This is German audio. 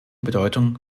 bedeutung